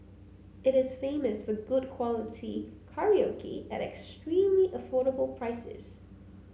it is famous for good quality karaoke at extremely affordable prices